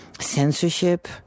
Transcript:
Censorship